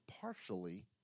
partially